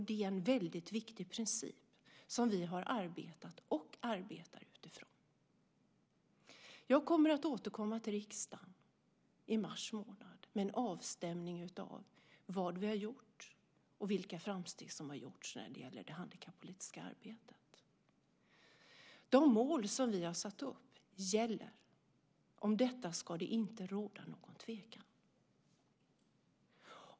Det är en väldigt viktig princip, som vi har arbetat och arbetar utifrån. Jag kommer att återkomma till riksdagen i mars månad med en avstämning av vad vi har gjort och vilka framsteg som har gjorts när det gäller det handikappolitiska arbetet. De mål som vi har satt upp gäller. Om detta ska det inte råda någon tvekan.